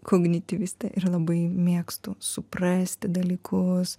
kognityvistė ir labai mėgstu suprasti dalykus